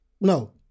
no